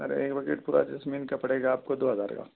سر ایک بکیٹ پورا جاسمین کا پڑے گا آپ کو دو ہزار کا